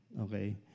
Okay